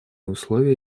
условия